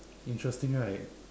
interesting right